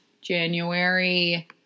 January